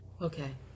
Okay